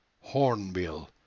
Hornbill